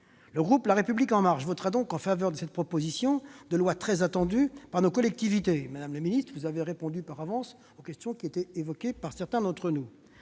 Le groupe La République En Marche votera donc en faveur de cette proposition de loi, très attendue par nos collectivités. Madame la secrétaire d'État, vous avez répondu par avance aux questions soulevées par certains d'entre nous.